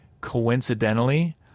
coincidentally